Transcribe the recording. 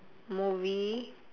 movie